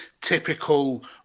typical